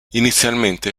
inizialmente